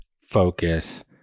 focus